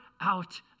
out